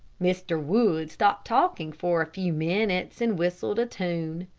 mr. wood stopped talking for a few minutes, and whistled a tune.